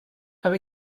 are